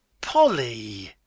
Polly